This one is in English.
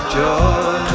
joy